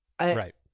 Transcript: right